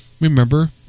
remember